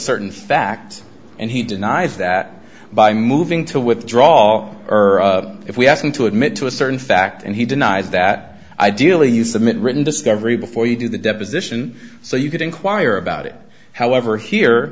certain fact and he denies that by moving to withdraw or if we ask him to admit to a certain fact and he denies that ideally you submit written discovery before you do the deposition so you can inquire about it however here